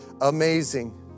amazing